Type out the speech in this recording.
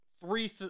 three